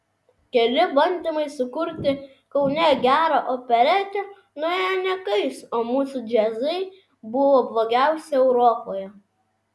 keli bandymai sukurti kaune gerą operetę nuėjo niekais o mūsų džiazai buvo blogiausi europoje